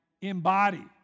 embody